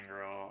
girl